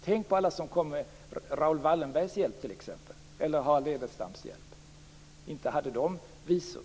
Tänk på alla dem som kom med Raoul Wallenbergs eller Harald Edelstams hjälp - inte hade de visum!